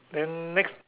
then next